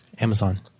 Amazon